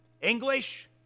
English